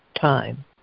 time